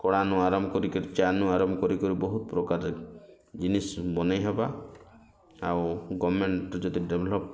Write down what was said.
କଳାନୁ ଆରମ୍ଭ କରି କରି ଚା ନୁ ଆରମ୍ଭ କରି କରି ବହୁତ୍ ପ୍ରକାରେ ଜିନିଷ୍ ବନେଇ ହବା ଆଉ ଗଭର୍ଣ୍ଣମେଣ୍ଟ୍ ଯଦି ଡେଭ୍ଲପ୍